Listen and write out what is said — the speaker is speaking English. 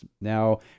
Now